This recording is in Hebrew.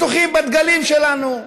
בטוחים בדגלים שלנו.